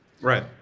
Right